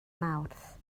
mawrth